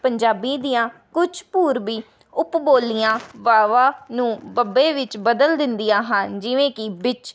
ਪੰਜਾਬੀ ਦੀਆਂ ਕੁਛ ਪੂਰਬੀ ਉਪ ਬੋਲੀਆਂ ਵਾਵਾ ਨੂੰ ਬੱਬੇ ਵਿੱਚ ਬਦਲ ਦਿੰਦੀਆਂ ਹਨ ਜਿਵੇਂ ਕਿ ਬਿੱਚ